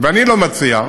ואני לא מציע,